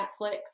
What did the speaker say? Netflix